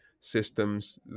systems